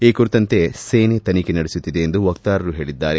ಈ ಕುರಿತಂತೆ ಸೇನೆ ತನಿಖೆ ನಡೆಸುತ್ತಿದೆ ಎಂದು ವಕ್ತಾರರು ಹೇಳಿದರು